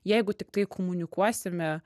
jeigu tik tai komunikuosime